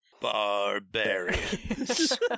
Barbarians